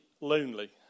lonely